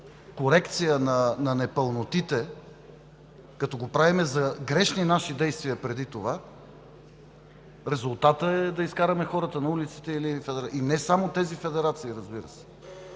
корекция на непълнотите, като го правим за грешни наши действия преди това – резултатът е да изкараме хората или федерациите на улицата, а и не само тези федерации, разбира се.